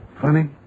Funny